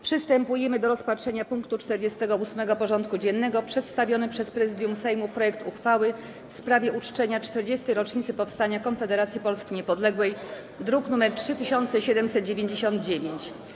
Przystępujemy do rozpatrzenia punktu 48. porządku dziennego: Przedstawiony przez Prezydium Sejmu projekt uchwały w sprawie uczczenia 40. rocznicy powstania Konfederacji Polski Niepodległej (druk nr 3799)